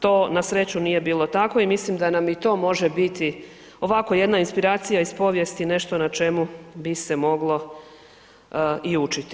To na sreću nije bilo tako i mislim da nam i to može biti ovako jedna inspiracija iz povijesti nešto na čemu bi se moglo i učiti.